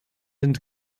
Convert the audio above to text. and